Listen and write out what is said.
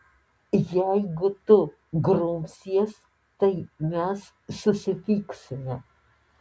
jeigu tu grumsies tai mes susipyksime